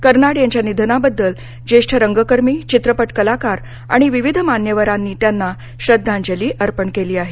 कर्नाड यांच्या निधनाबद्दल ज्येष्ठ रंगकर्मी चित्रपट कलाकार आणि विविध मान्यवरांनी त्यांना श्रद्धांजली अर्पण केली आहे